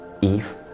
Eve